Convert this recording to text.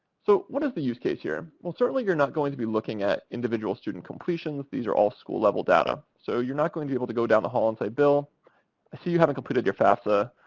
so, what is the use case here? well, certainly, you're not going to be looking at individual student completions. these are all school-level data. so, you're not going to be able to go down the hall and say, bill, i see you haven't completed your fafsa.